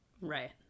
Right